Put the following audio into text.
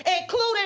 including